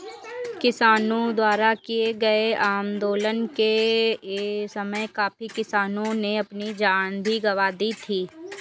किसानों द्वारा किए गए इस आंदोलन के समय काफी किसानों ने अपनी जान भी गंवा दी थी